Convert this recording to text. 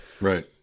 Right